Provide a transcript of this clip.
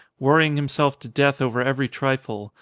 worry ing himself to death over every trifle,